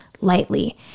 lightly